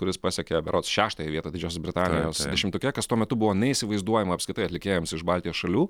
kuris pasiekė berods šeštąją vietą didžiosios britanijos dešimtuke kas tuo metu buvo neįsivaizduojama apskritai atlikėjams iš baltijos šalių